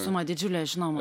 suma didžiulė žinoma